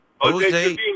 Jose